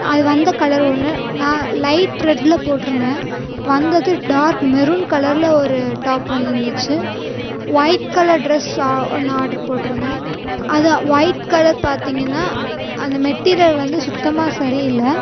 அது வந்த கலர் ஒன்று நான் லைட்டு ரெட்டில் போட்டுருந்தேன் வந்தது டார்க் மெரூன் கலரில் ஒரு டாப்பு வந்துருந்துச்சு வொயிட் கலர் ட்ரெஸ் ஆர் ஒன்று ஆர்டெர் போட்டுருந்தேன் அது வொயிட் கலர் பார்த்தீங்கனா அந்த மெட்டிரியல் வந்து சுத்தமாக சரியில்லை